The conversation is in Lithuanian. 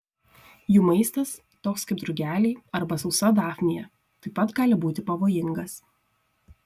jų maistas toks kaip drugeliai arba sausa dafnija taip pat gali būti pavojingas